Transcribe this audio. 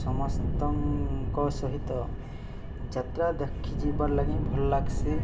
ସମସ୍ତଙ୍କ ସହିତ ଯାତ୍ରା ଦେଖି ଯିବାର୍ ଲାଗି ଭଲ ଲାଗ୍ସି